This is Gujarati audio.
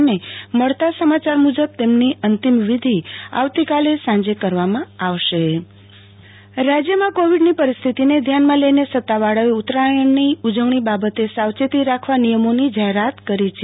અને મળતા સમાચાર મુજબ તેમની અંતિમવિધિ આવતીકાલે સાંજે કરવામાં આવશે આરતી ભદ્દ ઉત્તરાયણ ઉજવણી માર્ગદર્શિકા રાજ્યમાં કોવિડની પરિસ્થિતિને ધ્યાનમાં લઈને સત્તાવાળાઓએ ઉત્તરાયણની ઉજવણી બાબતે સાવચેતી રાખવા નિયમોની જાહેરાત કરી છે